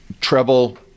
treble